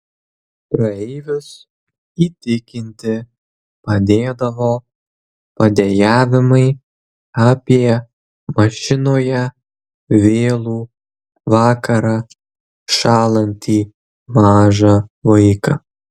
praeivius įtikinti padėdavo padejavimai apie mašinoje vėlų vakarą šąlantį mažą vaiką